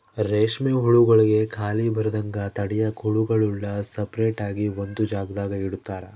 ರೇಷ್ಮೆ ಹುಳುಗುಳ್ಗೆ ಖಾಲಿ ಬರದಂಗ ತಡ್ಯಾಕ ಹುಳುಗುಳ್ನ ಸಪರೇಟ್ ಆಗಿ ಒಂದು ಜಾಗದಾಗ ಇಡುತಾರ